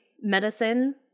medicine